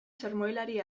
sermolari